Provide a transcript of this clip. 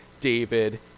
David